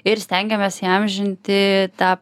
ir stengiamės įamžinti tą